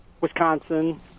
Wisconsin